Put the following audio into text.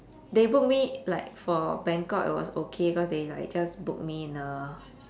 they book me like for bangkok it was okay cause they like just book me in a